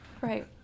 Right